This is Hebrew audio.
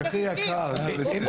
רציתי לחזור למושכלות ראשונים ובכל זאת